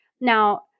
Now